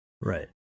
Right